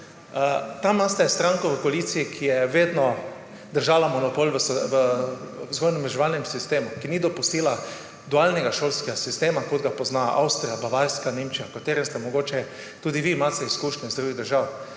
Tam imate stranko v koaliciji, ki je vedno držala monopol v vzgojno-izobraževalnem sistemu, ki ni dopustila dualnega šolskega sistema, kot ga poznajo Avstrija, Bavarska, Nemčija, s katerim imate tudi vi mogoče izkušnje iz drugih držav.